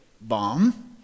bomb